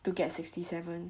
to get sixty seven